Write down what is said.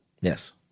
Yes